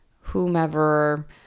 whomever